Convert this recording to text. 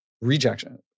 rejection